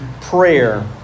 prayer